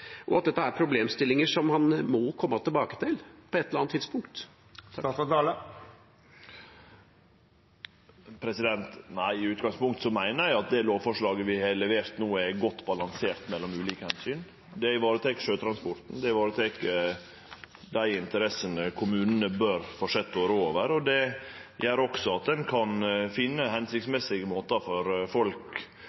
og at dette er problemstillinger som han må komme tilbake til på et eller annet tidspunkt? Nei, i utgangspunktet meiner eg at det lovforslaget vi har levert, er godt balansert mellom ulike omsyn. Det varetek sjøtransporten, det varetek dei interessene kommunane bør fortsetje å rå over, og det gjer også at ein kan finne